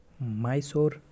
Mysore